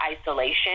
isolation